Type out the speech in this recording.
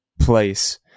place